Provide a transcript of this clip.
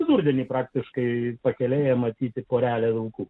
vidurdienį praktiškai pakelėje matyti porelę vilkų